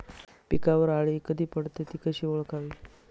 पिकावर अळी कधी पडते, ति कशी ओळखावी?